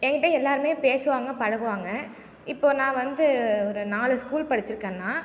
என்கிட்ட எல்லாருமே பேசுவாங்க பழகுவாங்க இப்போது நான் வந்து ஒரு நாலு ஸ்கூல் படித்திருக்கேன்னா